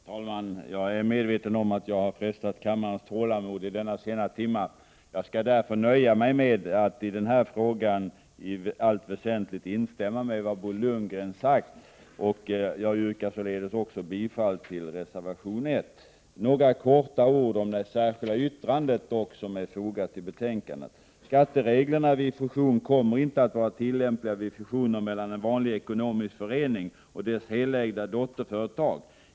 Herr talman! Jag är medveten om att jag har frestat kammarens tålamod i denna sena timme. Jag skall därför nöja mig med att i denna fråga i allt väsentligt instämma i vad Bo Lundgren sade. Jag yrkar således också bifall till reservation 1. Helt kort vill jag anföra några ord om det särskilda yttrande som är fogat till betänkandet. Skattereglerna vid fusion kommer inte att vara tillämpliga vid fusioner mellan en vanlig ekonomisk förening och dess helägda dotterfö retag.